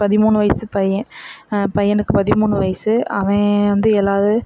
பதிமூணு வயது பையன் பையனுக்கு பதிமூணு வயது அவன் வந்து ஏழாவது